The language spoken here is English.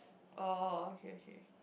oh oh okay okay